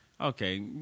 Okay